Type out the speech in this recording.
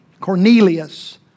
Cornelius